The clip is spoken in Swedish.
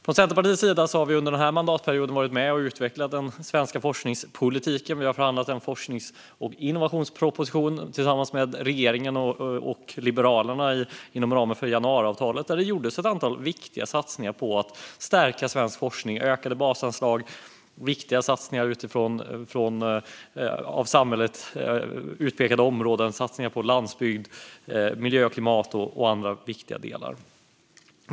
Från Centerpartiets sida har vi under den här mandatperioden varit med och utvecklat den svenska forskningspolitiken. Vi har förhandlat en forsknings och innovationsproposition tillsammans med regeringen och Liberalerna inom ramen för januariavtalet, där det gjordes ett antal viktiga satsningar på att stärka svensk forskning genom ökade basanslag och viktiga satsningar på av samhället utpekade områden såsom landsbygd, miljö och klimat och andra viktiga delar.